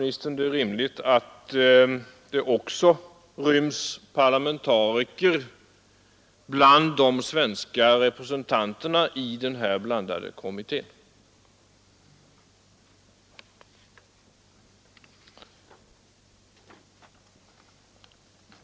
Anser handelsministern att det också bör ingå parlamentariker bland de svenska representanterna i denna blandade kommitté?